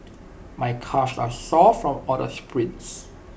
my calves are sore from all the sprints